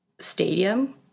stadium